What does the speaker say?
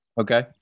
okay